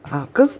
ah cause